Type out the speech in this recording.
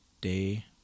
day